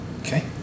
Okay